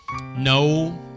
No